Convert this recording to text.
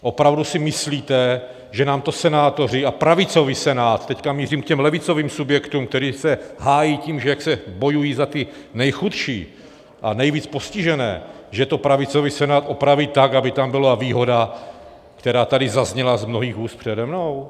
Opravdu si myslíte, že nám to senátoři, a pravicový Senát teď mířím k těm levicovým subjektům, které se hájí tím, jak bojují za ty nejchudší a nejvíc postižené že to pravicový Senát opraví tak, aby tam byla výhoda, která tady zazněla z mnohých úst přede mnou?